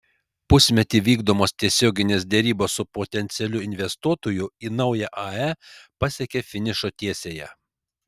pusmetį vykdomos tiesioginė derybos su potencialiu investuotoju į naują ae pasiekė finišo tiesiąją